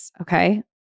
okay